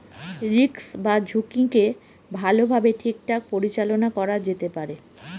risk বা ঝুঁকিকে ভালোভাবে ঠিকঠাক পরিচালনা করা যেতে পারে